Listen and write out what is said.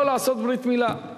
לא לעשות ברית-מילה,